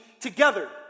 together